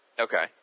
Okay